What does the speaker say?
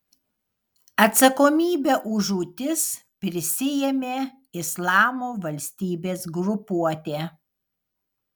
atsakomybę už žūtis prisiėmė islamo valstybės grupuotė